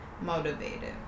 motivated